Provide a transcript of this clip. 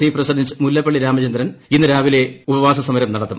C president Mullappally Ramachandran ഇന്ന് രാവിലെ ഉപവവാസ സമരം നടത്തും